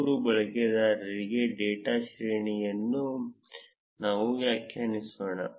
ಮೂರು ಬಳಕೆದಾರರಿಗೆ ಡೇಟಾ ಶ್ರೇಣಿಯನ್ನು ನಾವು ವ್ಯಾಖ್ಯಾನಿಸೋಣ